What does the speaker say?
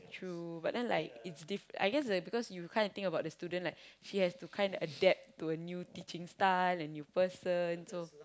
true but then like is diff~ I guess is because you kind of think about the student like she has to kind of adapt to a new teaching style a new person so